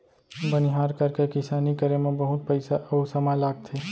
बनिहार करके किसानी करे म बहुत पइसा अउ समय लागथे